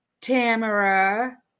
Tamara